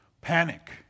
Panic